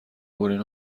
برین